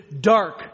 dark